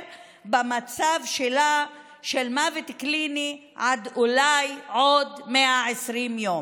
במצב של מוות קליני עד אולי עוד 120 יום.